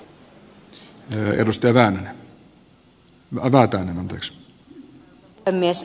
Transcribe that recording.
arvoisa puhemies